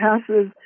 passes